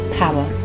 power